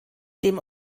dem